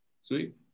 Sweet